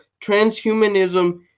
transhumanism